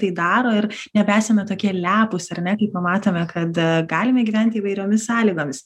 tai daro ir nebesame tokie lepūs ar ne kai pamatome kad galime gyventi įvairiomis sąlygomis